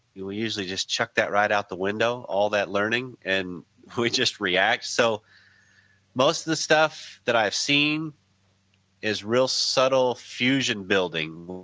you will easily just chuck that right out the window, all that learning, and we just react. so most of the stuff that i have seen is real, subtle, fusion building,